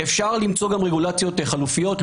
אפשר למצוא רגולציות חלופיות.